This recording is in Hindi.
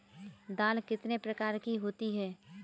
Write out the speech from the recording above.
दाल कितने प्रकार की होती है?